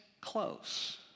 close